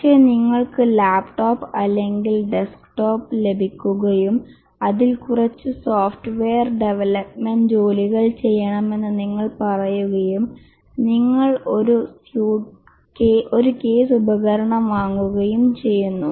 പക്ഷേ നിങ്ങൾക്ക് ലാപ്ടോപ്പ് അല്ലെങ്കിൽ ഡെസ്ക്ടോപ്പ് ലഭിക്കുകയും അതിൽ കുറച്ച് സോഫ്റ്റ്വെയർ ഡെവലപ്മെൻറ് ജോലികൾ ചെയ്യണമെന്ന് നിങ്ങൾ പറയുകയും നിങ്ങൾ ഒരു കേസ് ഉപകരണം വാങ്ങുകയും ചെയ്യുന്നു